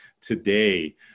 today